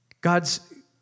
God's